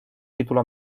título